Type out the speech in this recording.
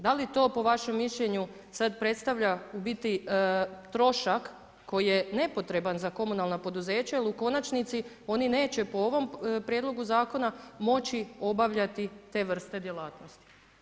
Da li to, po vašem mišljenju sad predstavlja, u biti, trošak koji je nepotreban za komunalna poduzeća, jer u konačnici oni neće po ovom prijedlogu Zakona moći obavljati te vrste djelatnosti?